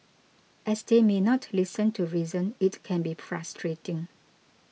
as they may not listen to reason it can be frustrating